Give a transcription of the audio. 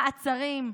מעצרים,